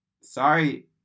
sorry